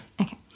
Okay